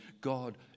God